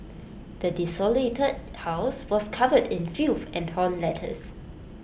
the desolated house was covered in filth and torn letters